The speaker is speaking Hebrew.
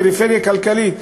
פריפריה כלכלית,